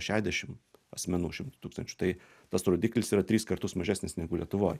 šedešim asmenų šimtui tūkstančių tai tas rodiklis yra tris kartus mažesnis negu lietuvoj